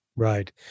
Right